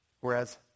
Whereas